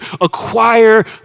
acquire